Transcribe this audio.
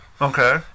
Okay